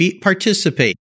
participate